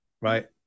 right